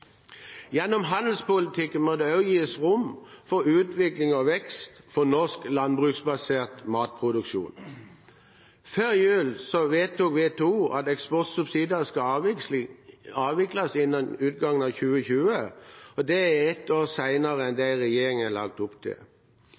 Gjennom handelspolitikken må det også gis rom for utvikling og vekst for norsk landbruksbasert matproduksjon. Før jul vedtok WTO at eksportsubsidiene skal avvikles innen utgangen av 2020. Det er et år senere enn det regjeringen har lagt opp til.